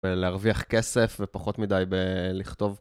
להרוויח כסף ופחות מדי בלכתוב.